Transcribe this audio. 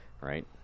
Right